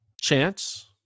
chance